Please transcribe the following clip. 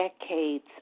decades